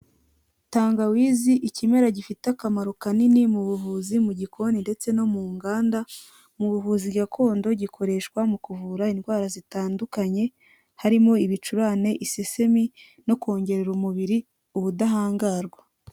Tangawizi ikimera gifite akamaro kanini mu buvuzi, mu gikoni, ndetse no mu nganda, mu buvuzi gakondo gikoreshwa mu kuvura indwara zitandukanye, harimo ibicurane, isesemi, no kongerera umubiri ubudahangarwa.